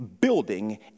building